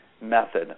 method